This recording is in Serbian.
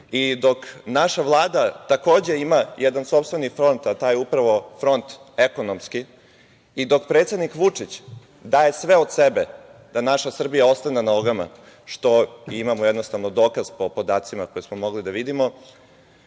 i dok naša Vlada takođe ima jedan sopstveni front, a taj je upravo front ekonomski i dok predsednik Vučić daje sve od sebe da naša Srbija ostane na nogama, što imamo jednostavno dokaz po podacima koje smo mogli da vidimo,